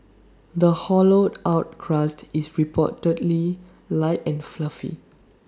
the hollowed out crust is reportedly light and fluffy